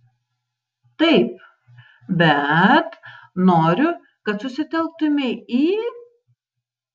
taip bet noriu kad susitelktumei į